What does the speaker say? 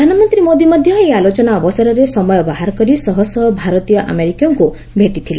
ପ୍ରଧାନମନ୍ତ୍ରୀ ମୋଦି ମଧ୍ୟ ଏହି ଆଲୋଚନା ଅବସରରେ ସମୟ ବାହାରକରି ଶହଶହ ଭାରତୀୟ ଆମେରିକୀୟଙ୍କୁ ଭେଟିଥିଲେ